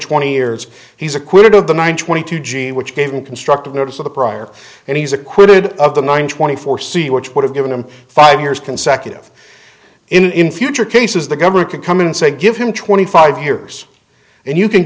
twenty years he's acquitted of the one twenty two jean which gave him constructive notice of the prior and he's acquitted of the nine twenty four c which would have given him five years consecutive in future cases the governor could come in and say give him twenty five years and you can